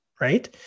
right